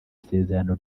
isezerano